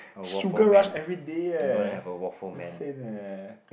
sugar rush everyday eh insane eh